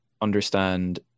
understand